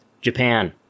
Japan